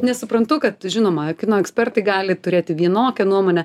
nes suprantu kad žinoma kino ekspertai gali turėti vienokią nuomonę